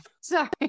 Sorry